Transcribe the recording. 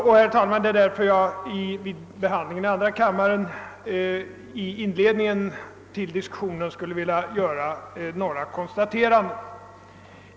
Därför skulle jag, herr talman, redan i inledningsskedet av ärendets behandling i andra kammaren vilja göra några konstateranden.